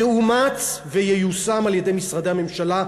יאומץ וייושם על-ידי משרדי הממשלה,